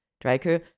Draco